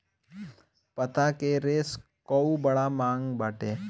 पत्ता के रेशा कअ बड़ा मांग बाटे